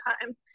time